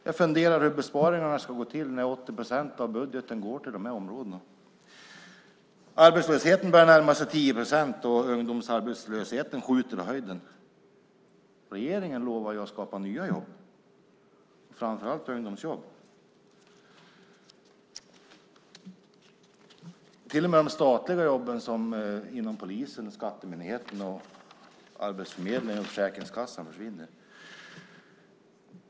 Jag funderar över hur besparingarna ska gå till när 80 procent av budgeten går till dessa områden. Arbetslösheten börjar närma sig 10 procent, och ungdomsarbetslösheten skjuter i höjden. Regeringen lovade ju att skapa nya jobb, framför allt ungdomsjobb. Men till och med de statliga jobben inom polisen, Skattemyndigheten, Arbetsförmedlingen och Försäkringskassan försvinner.